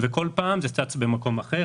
וכל פעם זה צץ במקום אחר.